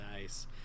Nice